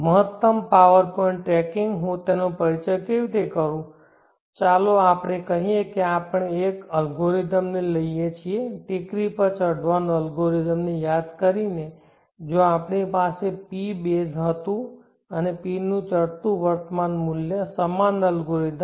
મહત્તમ power point tracking હું તેનો પરિચય કેવી રીતે કરું ચાલો આપણે કહીએ કે આપણે એક એલ્ગોરિધમ્સ લઈએ છીએ ટેકરી પર ચઢવાનો એલ્ગોરિધમની યાદ કરીએ જ્યાં આપણી પાસે pbase હતું અને P નું ચઢતું વર્તમાન મૂલ્ય સમાન એલ્ગોરિધમ